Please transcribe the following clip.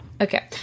Okay